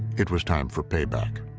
it was time for payback.